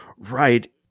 right